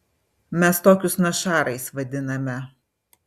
mes tokius našarais vadiname